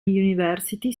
university